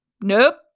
nope